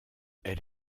elle